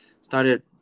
started